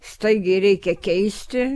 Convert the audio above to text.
staigiai reikia keisti